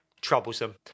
troublesome